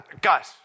Guys